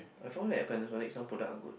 I found that Panasonic some product are good